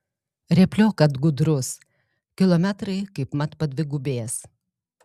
rėpliok kad gudrus kilometrai kaip mat padvigubės